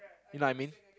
you know what I mean